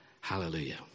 Hallelujah